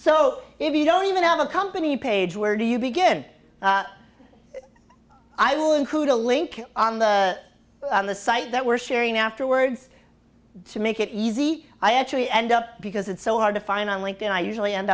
so if you don't even have a company page where do you begin i will include a link on the on the site that we're sharing afterwards to make it easy i actually end up because it's so hard to find on linked in i usually end